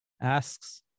asks